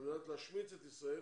על מנת להשמיץ את ישראל,